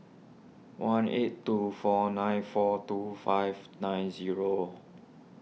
one eight two four nine four two five nine zero